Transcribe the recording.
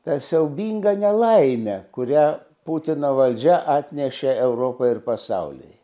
tą siaubingą nelaimę kurią putino valdžia atnešė europai ir pasauliui